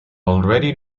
already